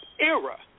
era